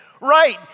Right